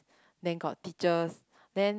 then got teachers then